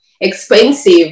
expensive